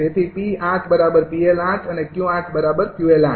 તેથી 𝑃૮𝑃𝐿૮ અને 𝑄૮𝑄𝐿૮